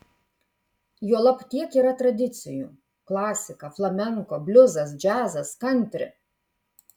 juolab tiek yra tradicijų klasika flamenko bliuzas džiazas kantri